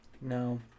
No